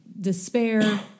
despair